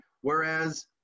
whereas